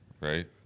right